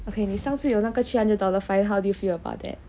okay 你上次有那个 three hundred dollar fine how do you feel about that